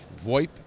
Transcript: VoIP